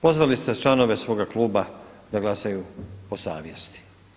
Pozvali ste članove svoga kluba da glasaju po savjesti.